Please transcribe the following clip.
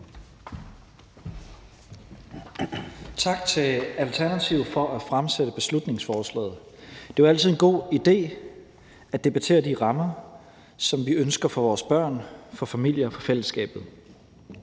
Tak til Alternativet for at fremsætte beslutningsforslaget. Det er jo altid en god idé at debattere de rammer, som vi ønsker for vores børn, for familier og for fællesskabet.